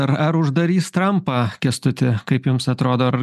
ar ar uždarys trampą kęstuti kaip jums atrodo ar